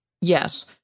Yes